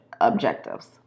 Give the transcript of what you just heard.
objectives